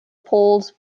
polls